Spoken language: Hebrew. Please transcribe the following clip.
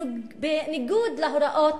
בניגוד להוראות